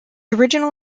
original